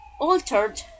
altered